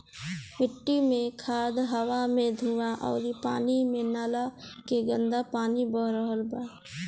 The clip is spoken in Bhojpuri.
मिट्टी मे खाद, हवा मे धुवां अउरी पानी मे नाला के गन्दा पानी बह रहल बा